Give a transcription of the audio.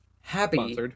happy